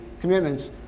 commitments